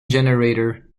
generator